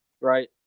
right